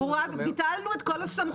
ביטלנו את כל הסמכויות.